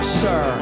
sir